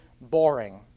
boring